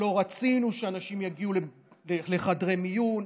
ולא רצינו שאנשים יגיעו לחדרי מיון,